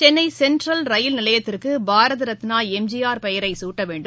Chennai Central ரயில் நிலையத்திற்கு பாரத ரத்னா எம்ஜிஆர் பெயரை சூட்டவேண்டும்